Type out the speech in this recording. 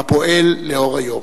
הפועל לאור היום.